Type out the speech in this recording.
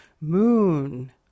moon